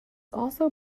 also